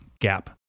gap